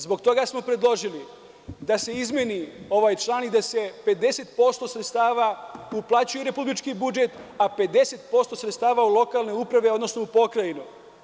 Zbog toga smo predložili da se izmeni ovaj član i da se 50% sredstava uplaćuje u republički budžet, a 50% sredstava u lokalne uprave, odnosno u pokrajinu.